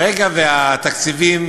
ברגע שהתקציבים